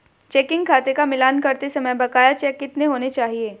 Checking खाते का मिलान करते समय बकाया चेक कितने होने चाहिए?